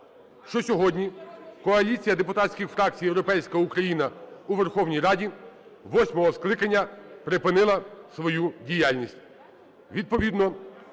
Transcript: що сьогодні Коаліція депутатських фракцій "Європейська Україна" у Верховній Раді восьмого скликання припинила свою діяльність.